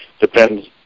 Depends